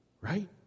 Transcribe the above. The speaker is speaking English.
right